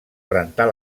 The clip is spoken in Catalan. rentar